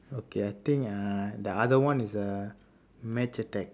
okay I think uh the other one is ah match attax